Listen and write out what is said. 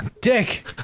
Dick